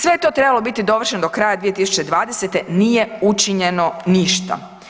Sve je to trebalo biti dovršeno do kraja 2020., nije učinjeno ništa.